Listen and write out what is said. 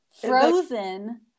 frozen